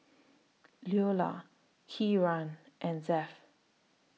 Loula Kieran and Zed